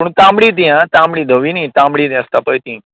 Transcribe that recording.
पूण तांबडीं ती आं तांबडी धवी नी तांबडीं जीं आसता पय ती